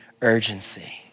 urgency